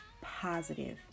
positive